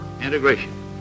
integration